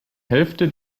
hälfte